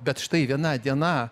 bet štai viena diena